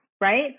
right